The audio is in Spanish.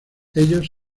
ellos